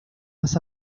más